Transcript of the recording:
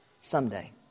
someday